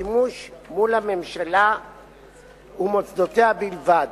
לשימוש מול הממשלה ומוסדותיה בלבד.